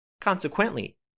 Consequently